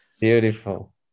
beautiful